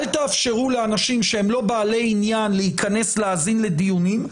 אל תאפשרו לאנשים שהם לא בעלי עניין להיכנס להאזין לדיונים.